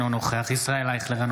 אינו נוכח ישראל אייכלר,